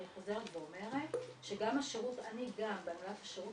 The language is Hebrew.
אני חוזרת ואומרת שגם אני בהנהלת השירות